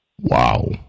Wow